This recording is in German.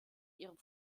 ihrem